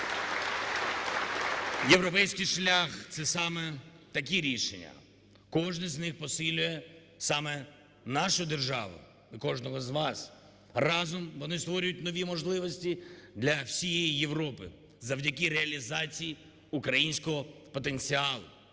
Європейський шлях – це саме такі рішення, кожне з них посилює саме нашу державу і кожного з вас. Разом вони створюють нові можливості для всієї Європи. Завдяки реалізації українського потенціалу